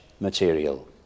material